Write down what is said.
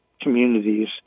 communities